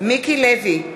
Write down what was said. מיקי לוי,